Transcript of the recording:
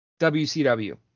WCW